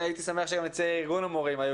הייתי שמח שגם נציגי ארגון המורים היו